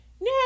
Now